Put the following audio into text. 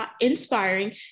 inspiring